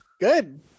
Good